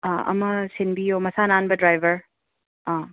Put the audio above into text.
ꯑꯃ ꯁꯤꯟꯕꯤꯌꯣ ꯃꯁꯥ ꯅꯥꯟꯕ ꯗ꯭ꯔꯥꯏꯕꯔ